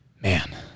man